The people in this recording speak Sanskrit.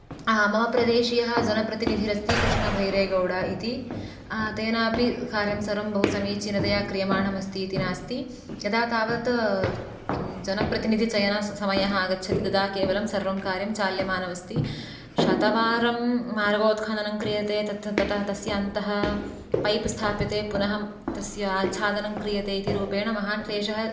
मम प्रदेशस्य जनप्रतिनिधिरस्ति कृष्णभैरेगौड इति तेनापि कार्यं सर्वं बहु समीचीनतया क्रियमाणमस्तीति नास्ति यदा तावत् किं जनप्रतिनिधिचयनसमयः आगच्छति तदा केवलं सर्वं कार्यं चाल्यमानमस्ति शतवारं मार्गोत्खननं क्रियते तत् ततः तस्य अन्तः पैप् स्थाप्यते पुनः तस्य आच्छादनं क्रियते इति रूपेण महान् क्लेशः